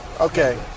Okay